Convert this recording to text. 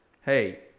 Hey